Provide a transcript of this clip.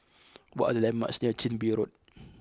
what are the landmarks near Chin Bee Road